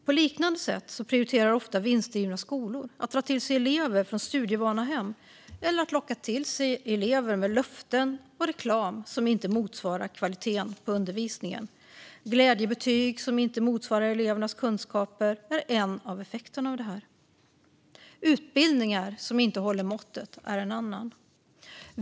På liknande sätt prioriterar ofta vinstdrivna skolor att dra till sig elever från studievana hem eller att locka till sig elever med löften och reklam som inte motsvarar kvaliteten på undervisningen. Glädjebetyg som inte motsvarar elevernas kunskaper är en av effekterna av detta. Utbildningar som inte håller måttet är en annan.